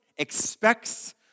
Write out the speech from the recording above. expects